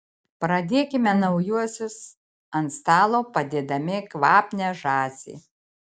pradėkime naujuosius ant stalo padėdami kvapnią žąsį